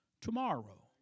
Tomorrow